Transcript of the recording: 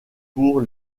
pour